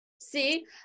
See